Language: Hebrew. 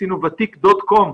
עשינו "ותיק דוט קום".